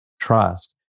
trust